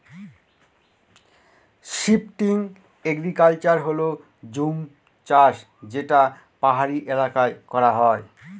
shifting agriculture হল জুম চাষ যেটা পাহাড়ি এলাকায় করা হয়